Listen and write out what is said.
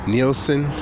Nielsen